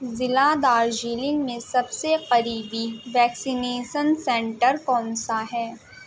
ضلع دارجلنگ میں سب سے قریبی ویکسینیسن سینٹر کون سا ہے